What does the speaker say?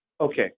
okay